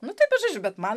nu taip bet žodžiu bet man